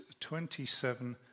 27